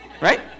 right